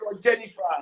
Jennifer